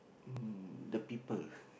mm the people